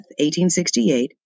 1868